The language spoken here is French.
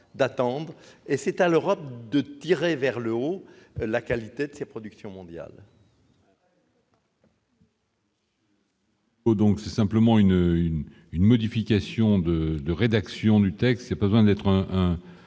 d'attendre et c'est à l'Europe de tirer vers le haut la qualité de sa production mondiale. Donc, c'est simplement une une une modification de de rédaction du texte, c'est pas en être un,